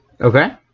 Okay